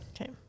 Okay